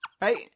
Right